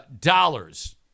dollars